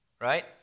right